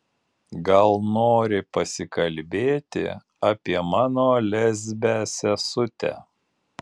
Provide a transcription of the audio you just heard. gal nori pasikalbėti apie mano lesbę sesutę